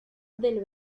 del